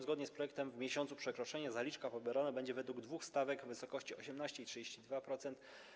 Zgodnie z projektem w miesiącu przekroczenia zaliczka pobierana będzie według dwóch stawek, w wysokości 18% i 32%.